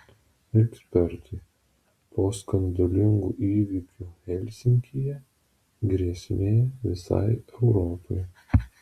ekspertai po skandalingų įvykių helsinkyje grėsmė visai europai